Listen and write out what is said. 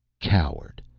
coward!